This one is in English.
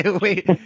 Wait